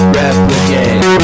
replicate